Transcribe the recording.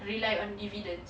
rely on dividends